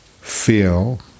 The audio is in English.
feel